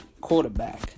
quarterback